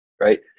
right